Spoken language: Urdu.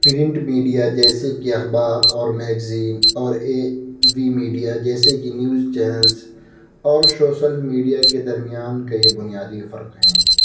پرنٹ میڈیا جیسے کہ اخبار اور میگزین اور اے زی میڈیا جیسے کہ نیوز چینلس اور شوسل میڈیا کے درمیان کئی بنیادی فرق ہیں